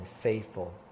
faithful